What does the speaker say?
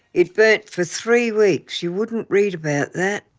it burnt for three weeks. you wouldn't read about that.